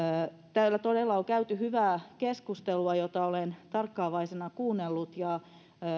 täällä todella on käyty hyvää keskustelua jota olen tarkkaavaisena kuunnellut ja